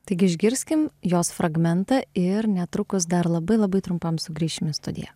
taigi išgirskim jos fragmentą ir netrukus dar labai labai trumpam sugrįšim į studiją